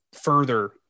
further